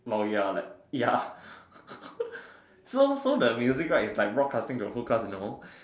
while you're like ya so so the music right is like broadcasting to the whole class you know